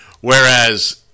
Whereas